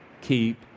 Keep